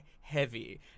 heavy